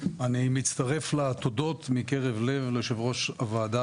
אני מצטרף לתודות מקרב לב ליושב-ראש הוועדה